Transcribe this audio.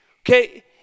Okay